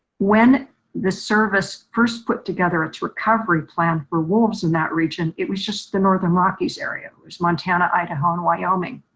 when the service first put together its recovery plan for wolves in that region it was just the northern rockies area. it was montana, idaho and wyoming.